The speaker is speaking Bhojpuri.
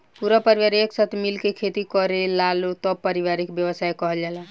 पूरा परिवार एक साथे मिल के खेती करेलालो तब पारिवारिक व्यवसाय कहल जाला